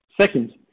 Second